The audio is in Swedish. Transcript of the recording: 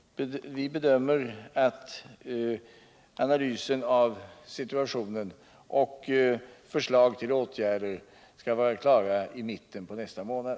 Vi bedömer att analysen av situationen och förslag till åtgärder skall vara klara i mitten på nästa månad.